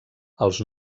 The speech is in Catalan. els